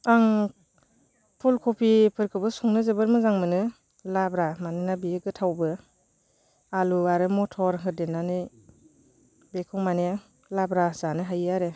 आं फुलकबिफोरखौबो संनो जोबोद मोजां मोनो लाब्रा मानोना बेयो गोथावबो आलु आरो मथर होदेरनानै बेखौ माने लाब्रा जानो हायो आरो